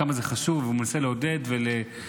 כמה זה חשוב’ והוא מנסה לעודד את הבחורים